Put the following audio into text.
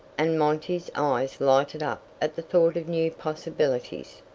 and monty's eyes lighted up at the thought of new possibilities.